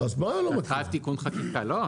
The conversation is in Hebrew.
אתה חייב תיקון חקיקה לא,